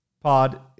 pod